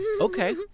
Okay